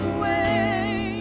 away